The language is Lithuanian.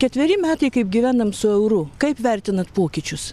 ketveri metai kaip gyvenam su euru kaip vertinat pokyčius